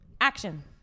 action